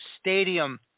stadium